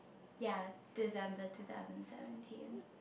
ya December two thousand seventeen